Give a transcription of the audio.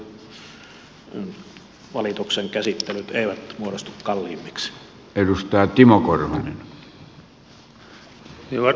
toivottavasti valituksen käsittelyt eivät muodostu kalliimmiksi